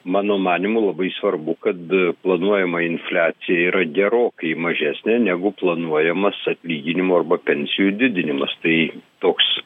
mano manymu labai svarbu kad planuojama infliacija yra gerokai mažesnė negu planuojamas atlyginimų arba pensijų didinimas tai toks